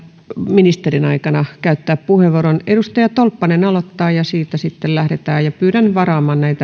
ministerin aikana käyttää puheenvuoron edustaja tolppanen aloittaa ja siitä sitten lähdetään pyydän varaamaan